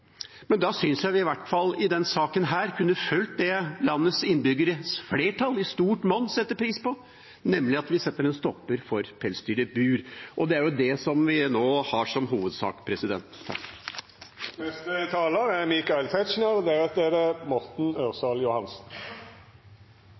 men da synes jeg vi, i hvert fall i denne saken, kunne fulgt det som et flertall av landets innbyggere i stort monn setter pris på, nemlig at vi setter en stopper for pelsdyr i bur. Og det er jo det vi nå har som hovedsak.